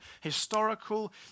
historical